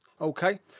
Okay